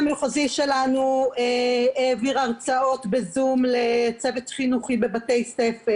לגבי ההודעות שלהם לבידוד שהם שולחים בדרך כלל סמס,